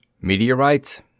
Meteorites